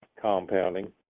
compounding